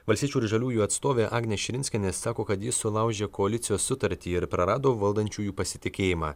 valstiečių ir žaliųjų atstovė agnė širinskienė sako kad jis sulaužė koalicijos sutartį ir prarado valdančiųjų pasitikėjimą